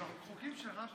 ההצעה להעביר את הנושא